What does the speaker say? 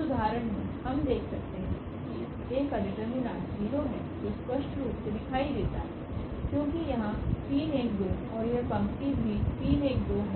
उदाहरण में हम देख सकते हैं कि इसA काडिटरमिनेंट 0 है जो स्पष्ट रूप से दिखाई देता है क्योंकि यहाँ3 1 2और यह पंक्तिभी 3 1 2 है